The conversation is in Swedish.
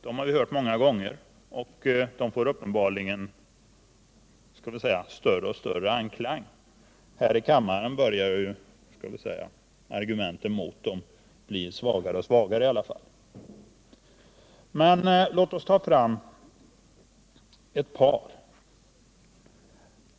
Dem har vi hört många gånger, de vinner uppenbarligen större och större anklang, och här i kammaren börjar argumenten mot dem att bli svagare och svagare. Men låt oss ta fram ett par.